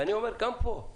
ואני אומר גם פה,